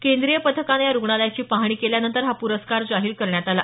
केंद्रीय पथकानं या रुग्णालयाची पाहणी केल्यानंतर हा प्रस्कार जाहीर करण्यात आला